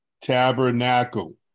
Tabernacle